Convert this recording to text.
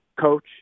coach